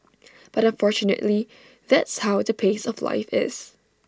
but unfortunately that's how the pace of life is